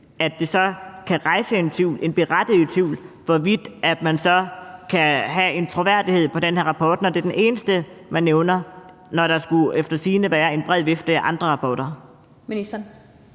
den, så kan rejse en tvivl – en berettiget tvivl – om, hvorvidt man så kan have en troværdighed i forhold til den her rapport, når det er den eneste, man nævner, når der efter sigende skulle være en bred vifte af andre rapporter? Kl.